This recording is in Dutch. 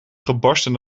gebarsten